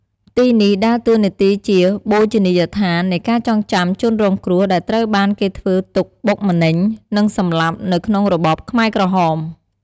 ទីនេះដើរតួនាទីជាបូជនីយដ្ឋាននៃការចងចាំជនរងគ្រោះ ដែលត្រូវបានគេធ្វើទុក្ខបុកម្នេញ និងសម្លាប់នៅក្នុងរបបខ្មែរក្រហម